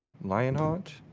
Lionheart